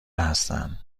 هستن